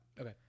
okay